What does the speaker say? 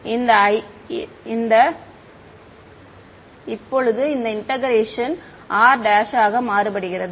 இதுதான் இப்போது இங்கே இன்டெக்ரேஷன் r' ஆக மாறுபடுகிறது